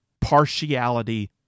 partiality